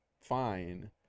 fine